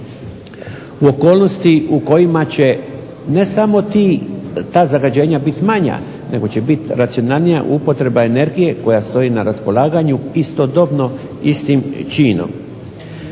u okolnosti u kojima će ne samo ta zagađenja manja, nego će biti racionalnija upotreba energije koja stoji na raspolaganju istodobno istim činom.